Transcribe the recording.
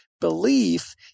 belief